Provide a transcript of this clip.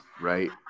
right